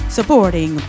supporting